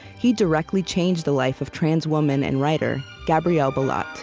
he directly changed the life of trans woman and writer gabrielle bellot